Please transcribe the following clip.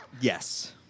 Yes